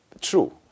true